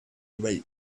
wait